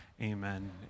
Amen